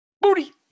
Booty